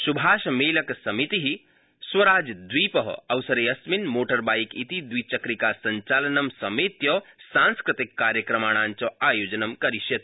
सुभाषमेलकसमिति स्वराजद्वीप अवसरेऽस्मिन् मोटरबाइक इति द्विचक्रिकासंचालनं समेत्य सांस्कृतिककार्यक्रमाणाञ्च आयोजनं करिष्यति